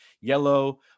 yellow